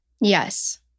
Yes